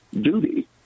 duty